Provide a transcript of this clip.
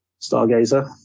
stargazer